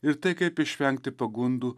ir tai kaip išvengti pagundų